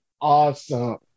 Awesome